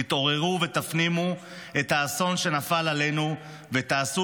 תתעוררו ותפנימו את האסון שנפל עלינו ותעשו